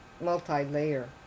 multi-layer